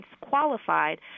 qualified